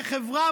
כחברה,